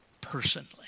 personally